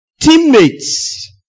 Teammates